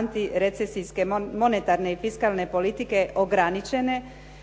anti recesijske monetarne i fiskalne politike ograničene